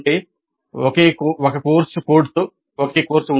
అంటే ఒక కోర్సు కోడ్తో ఒకే కోర్సు